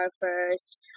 first